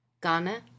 Ghana